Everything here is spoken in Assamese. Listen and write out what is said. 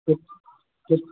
ঠিক ঠিক